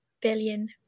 billion